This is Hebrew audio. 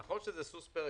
נכון שזה סוס פרא,